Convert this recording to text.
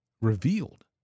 Revealed